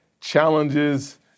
challenges—